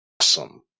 awesome